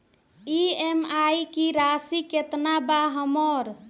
EMI की राशि केतना बा हमर?